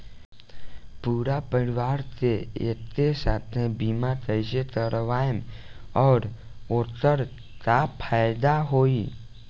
पूरा परिवार के एके साथे बीमा कईसे करवाएम और ओकर का फायदा होई?